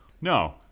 No